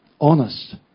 honest